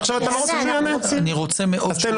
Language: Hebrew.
ועכשיו אתה לא רוצה שהוא יענה?